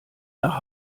nach